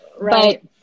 right